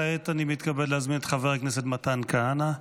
כעת אני מתכבד להזמין את חבר הכנסת מתן כהנא,